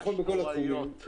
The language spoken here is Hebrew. זה נכון בכל התחומים.